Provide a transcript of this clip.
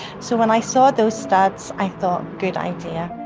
so when i saw those studs, i thought, good idea.